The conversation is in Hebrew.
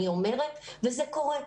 אני אומרת וזה קורה.